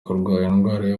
kurwanya